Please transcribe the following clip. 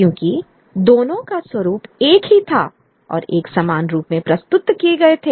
क्योंकि दोनों का रूप एक ही था और एक समान रूप में प्रस्तुत किए गए थे